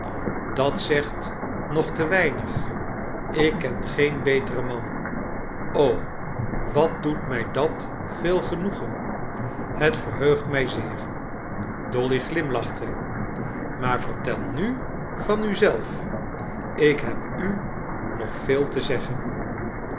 dat zegt nog te weinig ik ken geen beteren man o wat doet mij dat veel genoegen het verheugt mij zeer dolly glimlachte maar vertel nu van u zelf ik heb u nog veel te zeggen